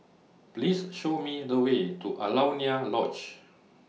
Please Show Me The Way to Alaunia Lodge